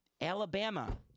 Alabama